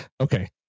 okay